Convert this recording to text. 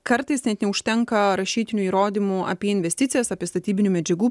kartais net neužtenka rašytinių įrodymų apie investicijas apie statybinių medžiagų